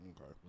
Okay